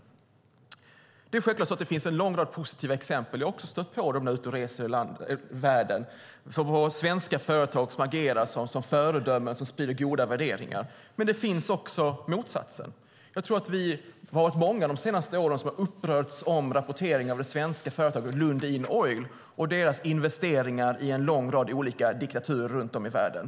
Det finns självklart en lång rad positiva exempel. Jag stöter på dem när jag är ute och reser i världen. Det finns svenska företag som agerar som föredömen och sprider goda värderingar, men motsatsen finns också. Jag tror att vi är många som de senaste åren har upprörts över rapporteringen om det svenska företaget Lundin Oil och dess investeringar i en lång rad diktaturer runt om i världen.